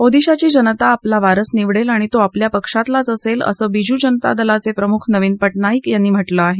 ओदिशाची जनता आपला वारस निवडेल आणि तो आपल्या पक्षातलाच असेल असं बीजू जनता दलाचे प्रमुख नवीन पटनाईक यांनी म्हटलं आहे